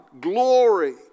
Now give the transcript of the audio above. Glory